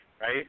right